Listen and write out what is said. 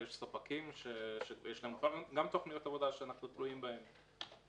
ספקים שיש להם גם תכניות עבודה שאנחנו תלויים בהם.